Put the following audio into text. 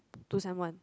two sem one